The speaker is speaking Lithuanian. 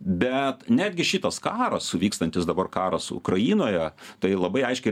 bet netgi šitas karas vykstantis dabar karas ukrainoje tai labai aiškiai